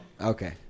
Okay